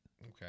Okay